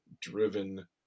driven